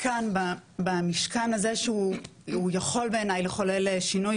כאן במשכן הזה שהוא יכול בעיניי לחולל שינוי,